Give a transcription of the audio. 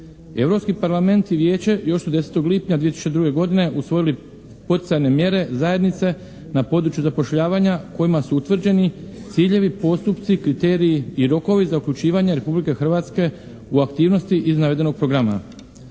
Europski parlament i Vijeće još su 10. lipnja 2002. godine usvojili poticajne mjere zajednice na području zapošljavanja kojima su utvrđeni ciljevi, postupci, kriteriji i rokovi za uključivanje Republike Hrvatske u aktivnosti iz navedenog programa.